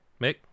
Mick